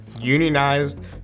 unionized